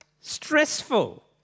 stressful